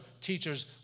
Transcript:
teachers